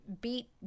beat